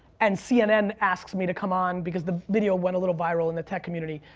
and cnn asks me to come on because the video went a little viral in the tech community,